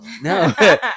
no